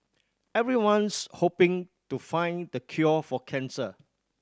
everyone's hoping to find the cure for cancer